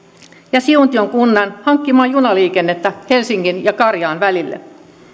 ja siuntion kunnan hankkimaan junaliikennettä helsingin ja karjaan välille